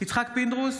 יצחק פינדרוס,